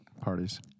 parties